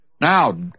Now